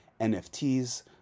NFTs